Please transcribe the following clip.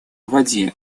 воде